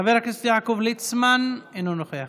חבר הכנסת יעקב ליצמן, אינו נוכח,